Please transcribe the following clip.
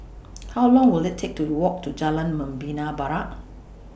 How Long Will IT Take to Walk to Jalan Membina Barat